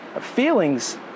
Feelings